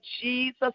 jesus